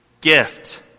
gift